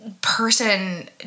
person